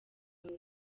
house